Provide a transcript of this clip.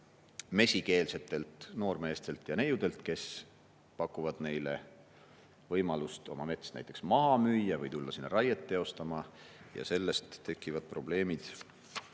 mesikeelsetelt noormeestelt ja neiudelt, kes pakuvad neile võimalust oma mets näiteks maha müüa või tulla sinna raiet teostama. Ja sellest tekkivad probleemid